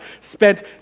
spent